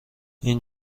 این